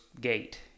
gate